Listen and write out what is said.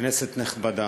כנסת נכבדה,